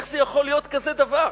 איך יכול להיות כזה דבר?